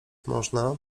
można